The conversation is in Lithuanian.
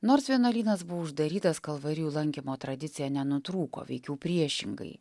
nors vienuolynas buvo uždarytas kalvarijų lankymo tradicija nenutrūko veikiau priešingai